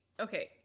okay